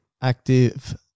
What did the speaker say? active